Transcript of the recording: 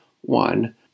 one